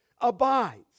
abides